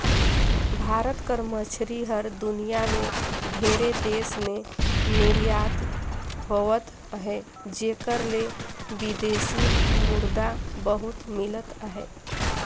भारत कर मछरी हर दुनियां में ढेरे देस में निरयात होवत अहे जेकर ले बिदेसी मुद्रा बहुत मिलत अहे